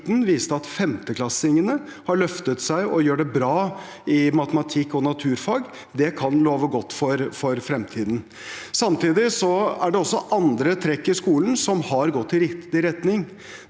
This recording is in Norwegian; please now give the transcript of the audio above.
viste at 5.-klassingene har løftet seg og gjør det bra i matematikk og naturfag. Det kan love godt for fremtiden. Samtidig er det også andre trekk i skolen som har gått i riktig retning.